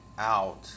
out